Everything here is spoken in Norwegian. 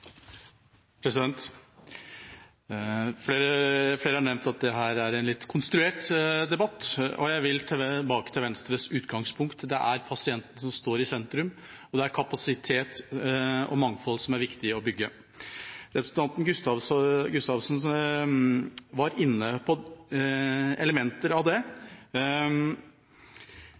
en litt konstruert debatt. Jeg vil tilbake til Venstres utgangspunkt: Det er pasienten som står i sentrum, og det er kapasitet og mangfold som er viktig å bygge. Representanten Gustavsen var inne på elementer av det.